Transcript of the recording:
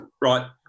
right